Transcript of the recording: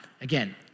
again